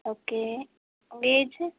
okay உங்கள் age